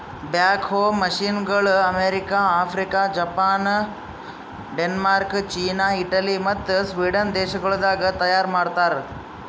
back ಹೋ ಮಷೀನಗೊಳ್ America, Africa, Japan, Denmark, China, Italy ಮತ್ತ ಸ್ವೀಡನ್ ದೇಶಗೊಳ್ದಾಗ್ ತೈಯಾರ್ ಮಾಡ್ತಾರ್